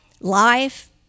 life